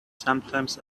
sometimes